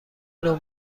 نوع